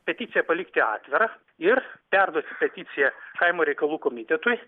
peticija palikti atvirą ir perduoti peticiją kaimo reikalų komitetui